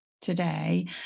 today